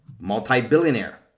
multi-billionaire